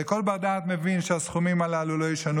הרי כל בר-דעת מבין שהסכומים הללו לא ישנו